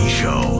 show